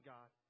God